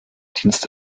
dienst